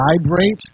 vibrate